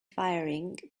firing